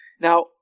Now